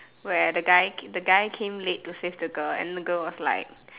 where the guy the guy came late to save the girl and then the girl was like